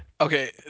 Okay